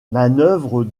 manœuvre